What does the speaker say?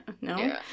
no